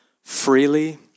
freely